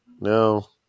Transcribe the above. No